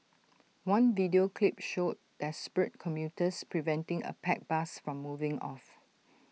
one video clip showed desperate commuters preventing A packed bus from moving off